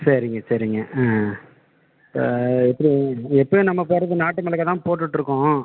சரிங்க சரிங்க இப்போ எப்படி எப்போயும் நம்ம போடுறது நாட்டு மிளகா தான் போட்டுட்டுருக்கோம்